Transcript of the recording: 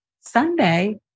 Sunday